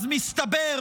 אז מסתבר